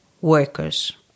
workers